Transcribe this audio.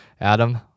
Adam